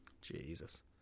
Jesus